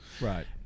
right